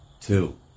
Two